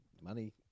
money